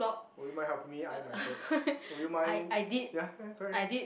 would you mind helping me iron my clothes would you mind ya ya correct